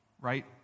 right